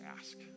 ask